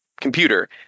computer